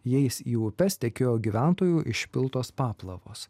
jais į upes tekėjo gyventojų išpiltos paplavos